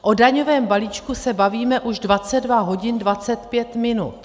O daňovém balíčku se bavíme už 22 hodin 25 minut.